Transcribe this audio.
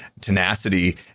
tenacity